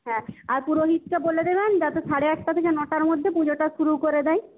হ্যাঁ আর পুরোহিতকে বলে দেবেন যাতে সাড়ে আটটা থেকে নটার মধ্যে পুজোটা শুরু করে দেয়